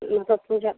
मतलब पूजा